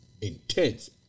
intense